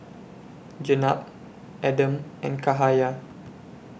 Jenab Adam and Cahaya